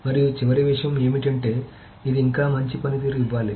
మరియు చివరి విషయం ఏమిటంటే ఇది ఇంకా మంచి పనితీరును ఇవ్వాలి